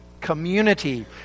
community